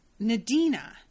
Nadina